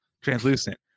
translucent